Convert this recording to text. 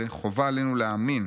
חובה עלינו להאמין